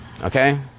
okay